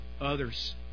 others